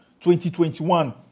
2021